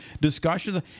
discussions